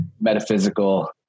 metaphysical